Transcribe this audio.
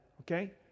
okay